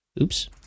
Oops